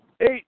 eight